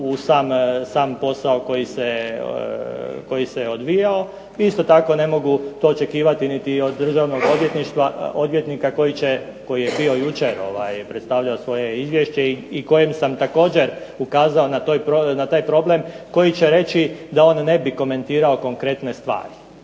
u sam posao koji se odvijao i isto tako ne mogu to očekivati niti od državnog odvjetnika koji je bio jučer predstavljao svoje izvješće i kojem sam također ukazao na taj problem, koji će reći da on ne bi komentirao konkretne stvari.